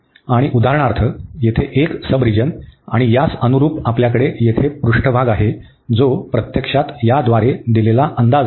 आणि उदाहरणार्थ येथे एक सबरिजन आणि यास अनुरूप आपल्याकडे येथे पृष्ठभाग आहे जो प्रत्यक्षात याद्वारे दिलेला अंदाज आहे